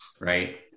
right